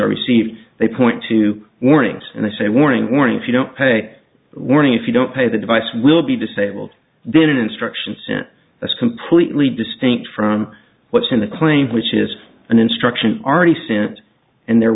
are received they point to warnings and they say warning warning if you don't pay warning if you don't pay the device will be disabled didn't instructions that's completely distinct from what's in the claim which is an instruction already sent and there